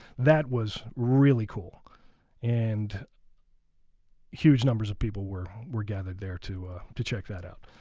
that was really cool and huge numbers of people were were gathered there to to check that out.